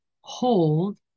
hold